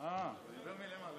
אה, השרה.